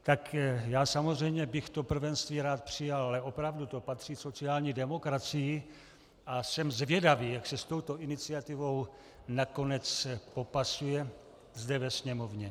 Tak já samozřejmě bych to prvenství rád přijal, ale opravdu to patří sociální demokracii a jsem zvědavý, jak se s touto iniciativou nakonec popasuje zde ve Sněmovně.